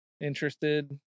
interested